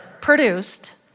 produced